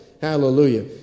Hallelujah